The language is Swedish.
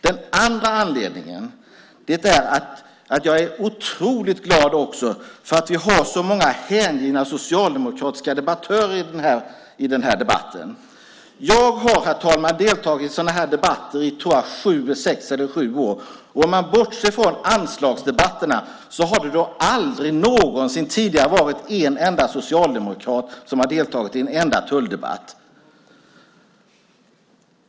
För det andra är jag otroligt glad för att vi har så många hängivna socialdemokratiska debattörer i den här debatten. Jag har, herr talman, deltagit i sådana här debatter i sex eller sju år, tror jag. Om man bortser från anslagsdebatterna har det aldrig någonsin tidigare varit en enda socialdemokrat som har deltagit i en enda tulldebatt.